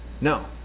No